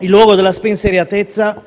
il luogo della spensieratezza,